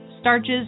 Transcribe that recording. starches